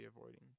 avoiding